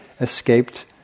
escaped